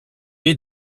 est